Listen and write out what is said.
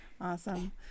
Awesome